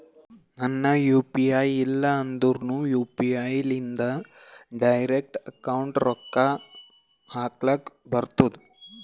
ನಂದ್ U P I ಇಲ್ಲ ಅಂದುರ್ನು ಯು.ಪಿ.ಐ ಇಂದ್ ಡೈರೆಕ್ಟ್ ಅಕೌಂಟ್ಗ್ ರೊಕ್ಕಾ ಹಕ್ಲಕ್ ಬರ್ತುದ್